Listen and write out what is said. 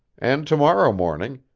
and to-morrow morning,